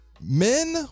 Men